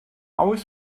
oes